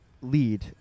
lead